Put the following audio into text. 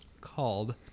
Called